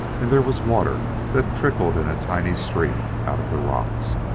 and there was water that trickled in a tiny stream out of the rocks.